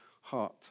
heart